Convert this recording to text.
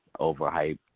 overhyped